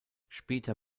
später